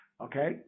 okay